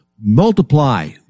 multiply